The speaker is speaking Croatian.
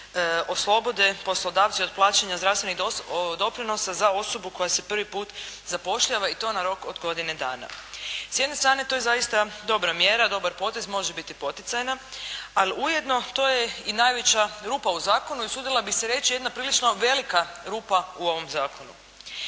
oslobode poslodavci od plaćanja zdravstvenih doprinosa za osobu koja se prvi puta zapošljava i to na rok od godine dana. S jedne strane to je zaista dobra mjera, dobar potez, može biti i poticajna, ali ujedno to je i najveća rupa u zakonu i usudila bih se reći jedna prilično velika rupa u ovom zakonu.